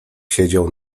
siedział